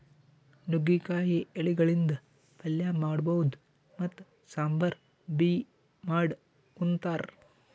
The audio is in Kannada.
ನುಗ್ಗಿಕಾಯಿ ಎಲಿಗಳಿಂದ್ ಪಲ್ಯ ಮಾಡಬಹುದ್ ಮತ್ತ್ ಸಾಂಬಾರ್ ಬಿ ಮಾಡ್ ಉಂತಾರ್